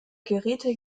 geräte